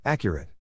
Accurate